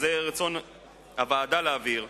וזה רצון הוועדה להבהיר,